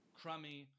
crummy